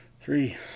Three